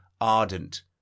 ardent